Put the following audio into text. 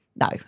No